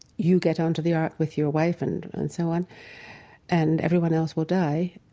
you get onto the ark with your wife and and so on and everyone else will die,